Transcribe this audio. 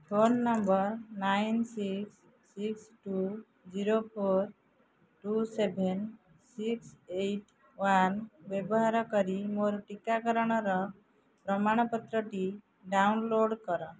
phone number nine six six two zero four two seven six eight one ବ୍ୟବହାର କରି ମୋର ଟିକାକରଣର ପ୍ରମାଣପତ୍ରଟି ଡାଉନ୍ଲୋଡ଼୍ କର